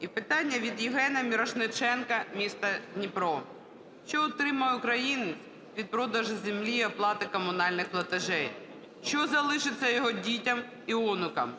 І питання від Євгена Мірошниченка, місто Дніпро. "Що отримує українець від продажу землі і оплати комунальних платежів? Що залишиться його дітям і онукам?"